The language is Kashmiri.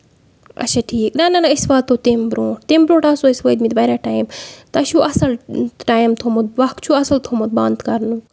اچھا ٹھیٖک نہ نہ أسۍ واتو تَمہِ برونٹھ تمہِ برونٹھ آسو أسۍ وٲتمٕتۍ واریاہ ٹایم تۄہہِ چھُو اَصٕل ٹایم تھومُت وق چھُو اَصٕل تھومُت بند کَرنُک